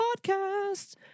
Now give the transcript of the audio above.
podcasts